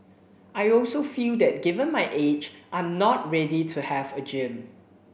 I also feel that given my age I'm not ready to have a gym